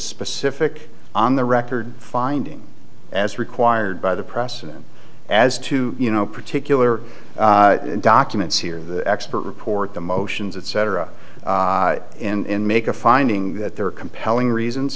specific on the record finding as required by the precedent as to you know particular documents here the expert report the motions that cetera and make a finding that there are compelling reasons